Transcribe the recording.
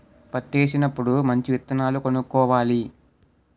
పత్తేసినప్పుడు మంచి విత్తనాలు కొనుక్కోవాలి